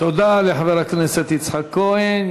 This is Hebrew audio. תודה לחבר הכנסת יצחק כהן.